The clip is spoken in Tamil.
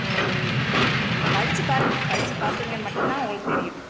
நீங்கள் படித்து பாருங்கள் படித்து பார்த்திங்க மட்டும் தான் உங்களுக்குத் தெரியும்